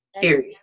period